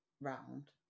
round